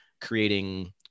creating